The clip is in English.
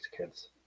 kids